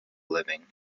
living